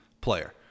player